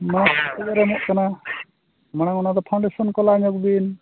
ᱢᱟᱥ ᱠᱚ ᱯᱟᱨᱚᱢᱚᱜ ᱠᱟᱱᱟ ᱢᱟᱲᱟᱝ ᱚᱱᱟ ᱯᱷᱟᱣᱩᱱᱰᱮᱥᱚᱱ ᱠᱚ ᱞᱟ ᱧᱚᱜᱽ ᱵᱤᱱ